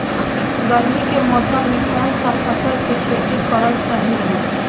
गर्मी के मौषम मे कौन सा फसल के खेती करल सही रही?